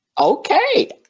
okay